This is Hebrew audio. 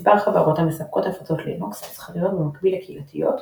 מספר חברות המספקות הפצות לינוקס מסחריות במקביל לקהילתיות,